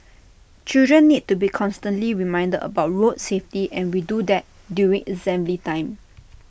children need to be constantly reminded about road safety and we do that during assembly time